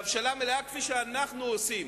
בהבשלה מלאה, כפי שאנחנו עושים?